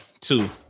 two